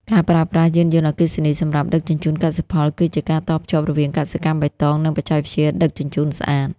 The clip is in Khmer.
ការប្រើប្រាស់ "យានយន្តអគ្គិសនីសម្រាប់ដឹកជញ្ជូនកសិផល" គឺជាការតភ្ជាប់រវាងកសិកម្មបៃតង និងបច្ចេកវិទ្យាដឹកជញ្ជូនស្អាត។